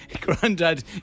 Granddad